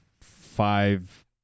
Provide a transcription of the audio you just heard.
five